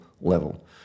level